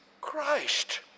Christ